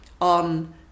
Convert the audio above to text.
on